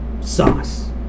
sauce